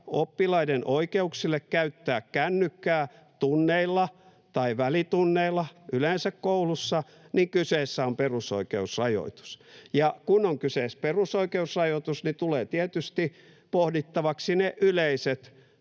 oppilaiden oikeuksille käyttää kännykkää tunneilla tai välitunneilla, koulussa yleensä, niin kyseessä on perusoikeusrajoitus, ja kun on kyseessä perusoikeusrajoitus, niin tulee tietysti pohdittavaksi ne yleiset